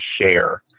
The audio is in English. share